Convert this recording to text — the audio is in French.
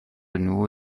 nous